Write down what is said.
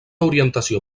orientació